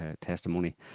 testimony